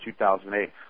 2008